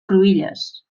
cruïlles